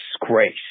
disgrace